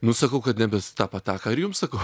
nu sakau kad nebes tą pa tą ką ir jums sakau